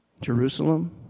Jerusalem